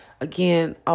again